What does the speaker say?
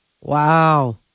Wow